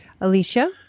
Alicia